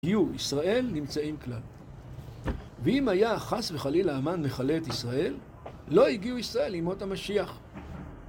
יהיו ישראל נמצאים כלל. ואם היה חס וחלילה האמן מכלה את ישראל, לא הגיעו ישראל, לימות המשיח